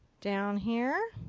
down here.